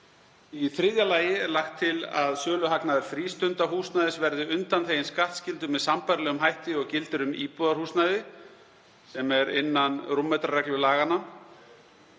Í þriðja lagi er lagt til að söluhagnaður frístundahúsnæðis verði undanþeginn skattskyldu með sambærilegum hætti og gildir um íbúðarhúsnæði sem er innan rúmmetrareglu laganna.